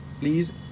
please